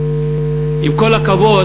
עם כל הכבוד,